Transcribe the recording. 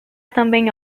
também